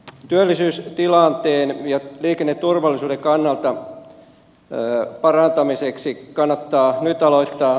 työllisyystilanteen ja liikenneturvallisuuden parantamiseksi kannattaa nyt aloittaa tiehankkeita